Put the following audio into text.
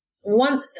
one